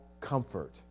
comfort